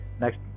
Next